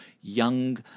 young